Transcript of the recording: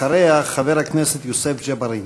אחריה, חבר הכנסת יוסף ג'בארין.